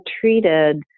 treated